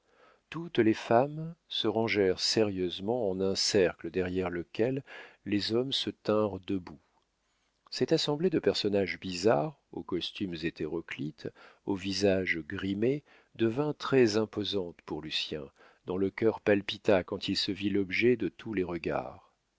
toutes les femmes se rangèrent sérieusement en un cercle derrière lequel les hommes se tinrent debout cette assemblée de personnages bizarres aux costumes hétéroclites aux visages grimés devint très imposante pour lucien dont le cœur palpita quand il se vit l'objet de tous les regards